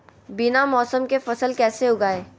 बिना मौसम के फसल कैसे उगाएं?